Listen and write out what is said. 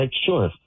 sure